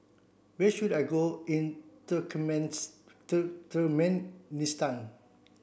where should I go in Turkmenistan